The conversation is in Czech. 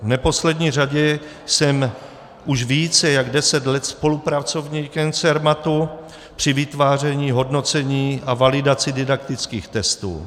V neposlední řadě jsem už více než 10 let spolupracovníkem Cermatu při vytváření, hodnocení a validaci didaktických testů.